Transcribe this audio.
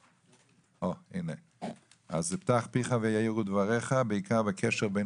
פתח פיך ויאירו דבריך בעיקר בקשר בין